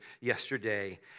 yesterday